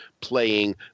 playing